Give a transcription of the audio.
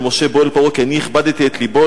משה: בא אל פרעה כי אני הכבדתי את לבו,